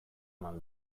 eman